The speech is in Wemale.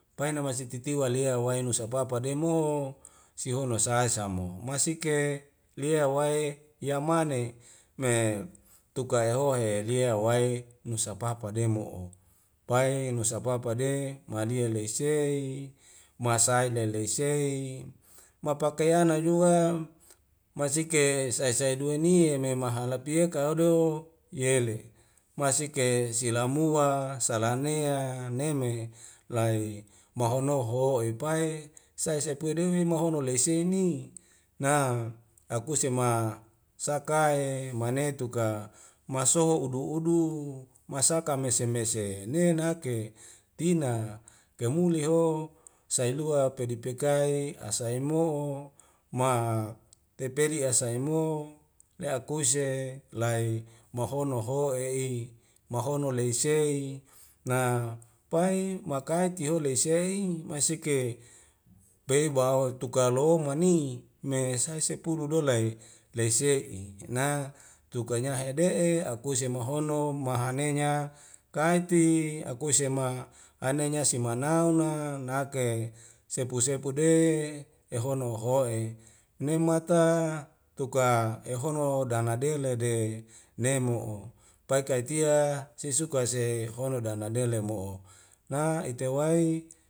Pai namasi titiwal lia waenusa papa demoho sihono saesamo masike lea wae ya mane me tukae eohohe lie wae nusa papa demo'o pae nusa papa de malie lei sei, masai lele sei, mapakeyana yua masike sai sai lue nie e memahala pieka ado yele masike silamua salanea neme lae mahonoho epae sae saepua dewi mahono lei sei ni na akuse ma saka e maene tuka masoho udu udu masaka mese mese nehnake tina kemuli ho sailua pedipekai ase emo'o ma tepedi ase emoho le aikesu lae mahono ho e'i mahono lei sei na pai makai tiloho lei sei masike bei bahwa tuka lo'ongan ni me sai sepulu dola i lei sei'i na tuka nyah hede'e akuse mahono mahanenya kaiti akuse ma anenya simanau na nake sepu sepu de ehono hoho'e nemata ka tuka ehono dana dele de nemo'o pai kaitia sesuka se hono dana dele mo'o na ite wai